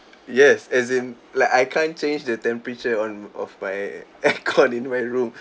yes as in like I can't change the temperature on of my aircon in my room